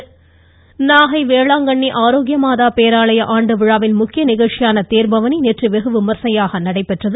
வேளாங்கண்ணி நாகை வேளாங்கண்ணி ஆரோக்கியமாதா பேராலய ஆண்டு விழாவின் முக்கிய நிகழ்ச்சியான தேர்பவனி நேற்று வெகுவிமரிசையாக நடைபெற்றது